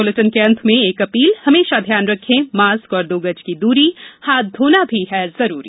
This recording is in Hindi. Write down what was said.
इस बुलेटिन के अंत में एक अपील हमेशा ध्यान रखें मास्क और दो गज की दूरी हाथ धोना भी है जरूरी